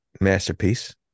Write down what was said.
masterpiece